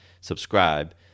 Subscribe